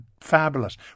fabulous